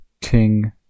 King